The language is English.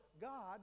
God